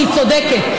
שהיא צודקת,